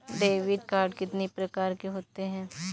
Debit card कितनी प्रकार के होते हैं?